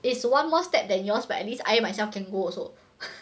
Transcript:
is one more step than yours but at least I myself can go also